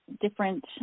different